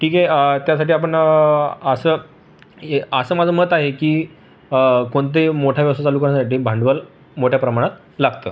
ठीक आहे त्यासाठी आपण असं य् असं माझं मत आहे की कोणताही मोठा व्यवसाय चालू करण्यासाठी भांडवल मोठ्या प्रमाणात लागतं